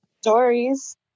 stories